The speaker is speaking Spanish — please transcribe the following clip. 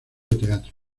teatro